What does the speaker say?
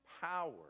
power